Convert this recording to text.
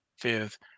fifth